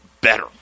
better